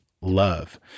love